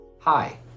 Hi